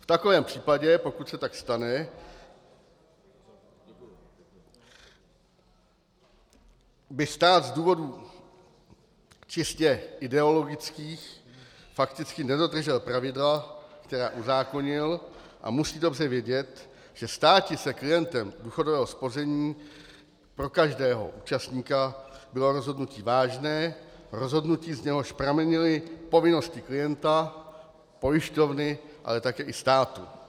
V takovém případě, pokud se tak stane, by stát z důvodů čistě ideologických fakticky nedodržel pravidla, která uzákonil, a musí dobře vědět, že státi se klientem důchodového spoření bylo pro každého účastníka rozhodnutí vážné, rozhodnutí, z něhož pramenily povinnosti klienta, pojišťovny, ale také státu.